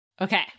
Okay